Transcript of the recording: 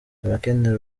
abakenera